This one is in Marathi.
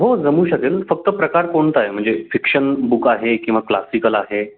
हो जमू शकेल फक्त प्रकार कोणता आहे म्हणजे फिक्शन बुक आहे किंवा क्लासिकल हे